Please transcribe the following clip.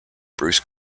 bruce